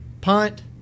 punt